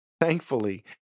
Thankfully